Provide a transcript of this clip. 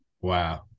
Wow